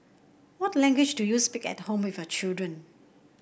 what language do you speak at home with your children